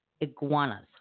Iguanas